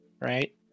Right